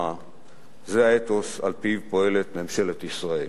וזה האתוס שלפיו פועלת ממשלת ישראל.